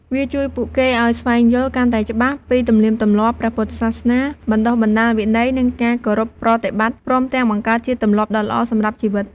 វាជួយពួកគេឱ្យស្វែងយល់កាន់តែច្បាស់ពីទំនៀមទម្លាប់ព្រះពុទ្ធសាសនា បណ្ដុះបណ្ដាលវិន័យ និងការគោរពប្រតិបត្តិ ព្រមទាំងបង្កើតជាទម្លាប់ដ៏ល្អសម្រាប់ជីវិត។